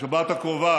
בשבת הקרובה